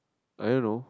I don't know